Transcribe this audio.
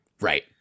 right